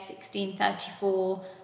1634